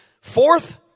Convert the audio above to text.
Fourth